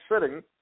sitting